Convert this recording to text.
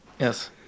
Yes